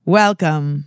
welcome